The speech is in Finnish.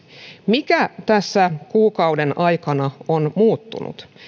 mikä tässä kuukauden aikana on muuttunut